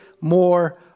more